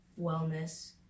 wellness